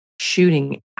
shooting